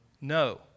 No